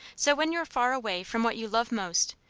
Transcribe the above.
so when you're far away from what you love most,